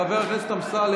חבר הכנסת אמסלם,